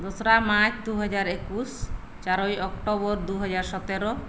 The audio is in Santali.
ᱫᱚᱥᱨᱟ ᱢᱟᱨᱪ ᱫᱩ ᱦᱟᱡᱟᱨ ᱮᱠᱩᱥ ᱪᱟᱨᱳᱭ ᱚᱠᱴᱳᱵᱚᱨ ᱫᱩ ᱦᱟᱡᱟᱨ ᱥᱚᱛᱮᱨᱳ